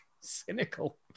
Cynical